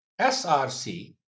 SRC